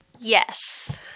Yes